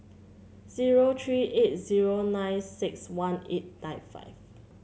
zero three eight zero nine six one eight nine five